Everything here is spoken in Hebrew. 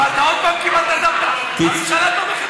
אתה עוד פעם קיבלת, הממשלה תומכת בחוק.